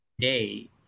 today